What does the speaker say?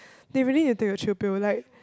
they really have take the chill pill like